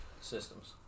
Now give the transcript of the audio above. Systems